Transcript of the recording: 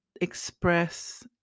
express